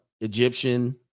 Egyptian